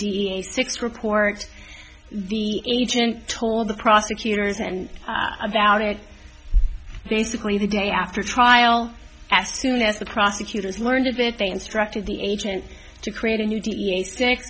da six reports the agent told the prosecutors and about it basically the day after trial as soon as the prosecutors learned of it they instructed the agent to create a new da si